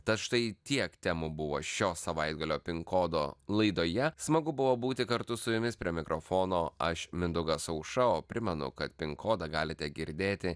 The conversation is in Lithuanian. tad štai tiek temų buvo šio savaitgalio pin kodo laidoje smagu buvo būti kartu su jumis prie mikrofono aš mindaugas aušra o primenu kad pin kodą galite girdėti